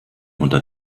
unter